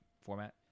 format